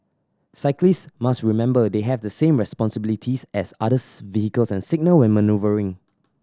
cyclist must remember they have the same responsibilities as others vehicles and signal when manoeuvring